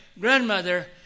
grandmother